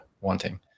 wanting